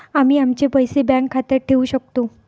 आम्ही आमचे पैसे बँक खात्यात ठेवू शकतो